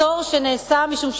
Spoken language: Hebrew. מצור שנעשה משום שה"חמאס"